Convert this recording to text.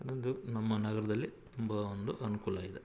ಇಂದು ನಮ್ಮ ನಗರದಲ್ಲಿ ತುಂಬ ಒಂದು ಅನುಕೂಲ ಇದೆ